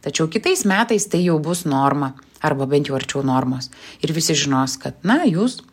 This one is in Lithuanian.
tačiau kitais metais tai jau bus norma arba bent jau arčiau normos ir visi žinos kad na jūs